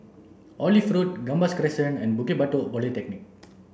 Olive Road Gambas Crescent and Bukit Batok Polyclinic